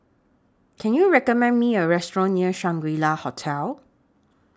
Can YOU recommend Me A Restaurant near Shangri La Hotel